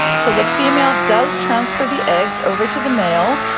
so the female does transfer the eggs over to the male,